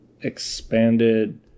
expanded